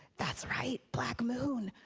that's right, black moon.